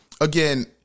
again